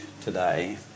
today